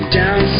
down